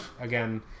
again